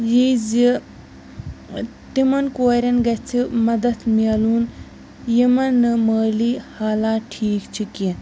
یہِ زِ تِمَن کورِٮ۪ن گژھِ مدد میلُن یِمَن نہٕ مٲلی حالات ٹھیٖک چھِ کیٛنٚہہ